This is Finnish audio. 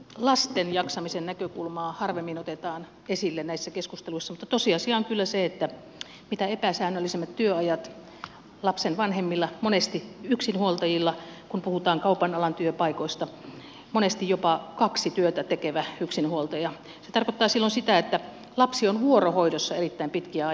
lasten jaksamisen näkökulmaa harvemmin otetaan esille näissä keskusteluissa mutta tosiasia on kyllä se että mitä epäsäännöllisemmät työajat ovat lapsen vanhemmilla monesti yksinhuoltajilla kun puhutaan kaupan alan työpaikoista monesti jopa kahta työtä tekevällä yksinhuoltajalla se tarkoittaa silloin sitä että lapsi on vuorohoidossa erittäin pitkiä aikoja